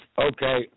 Okay